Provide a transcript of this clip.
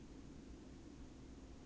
err